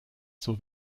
zur